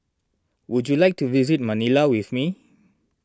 would you like to visit Manila with me